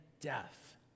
death